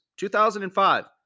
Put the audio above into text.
2005